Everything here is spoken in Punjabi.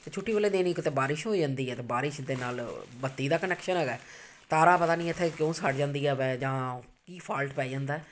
ਅਤੇ ਛੁੱਟੀ ਵਾਲੇ ਦਿਨ ਇੱਕ ਤਾਂ ਬਾਰਿਸ਼ ਹੋ ਜਾਂਦੀ ਹੈ ਅਤੇ ਬਾਰਿਸ਼ ਦੇ ਨਾਲ ਬੱਤੀ ਦਾ ਕਨੈਕਸ਼ਨ ਹੈਗਾ ਤਾਰਾਂ ਪਤਾ ਨਹੀਂ ਇੱਥੇ ਕਿਉਂ ਸੜ ਜਾਂਦੀਆਂ ਹੈ ਜਾਂ ਕੀ ਫੋਲਟ ਪੈ ਜਾਂਦਾ